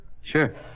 Sure